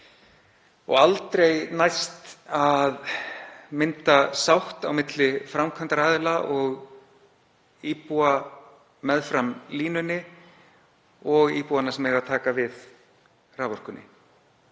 og aldrei næst að mynda sátt á milli framkvæmdaraðila og íbúanna meðfram línunni og íbúanna sem taka eiga við raforkunni.